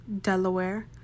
Delaware